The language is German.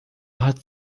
hat